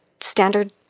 standard